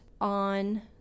on